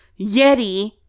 Yeti